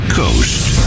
coast